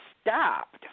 stopped